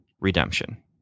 redemption